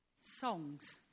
Songs